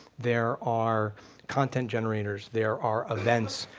there are content generators, there are events,